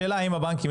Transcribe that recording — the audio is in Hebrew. השאלה אם הבנקים,